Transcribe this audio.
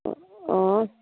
অঁ